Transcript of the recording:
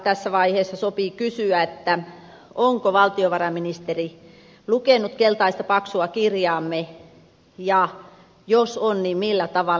tässä vaiheessa sopii kysyä onko valtiovarainministeri lukenut keltaista paksua kirjaamme ja jos on niin millä tavalla